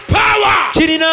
power